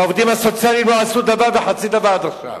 והעובדים הסוציאליים לא עשו דבר וחצי דבר עד עכשיו.